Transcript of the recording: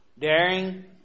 daring